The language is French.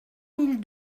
mille